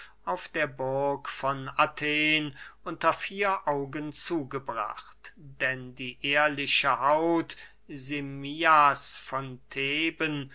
auf der burg von athen unter vier augen zugebracht denn die ehrliche haut simmias von theben